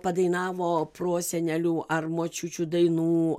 padainavo prosenelių ar močiučių dainų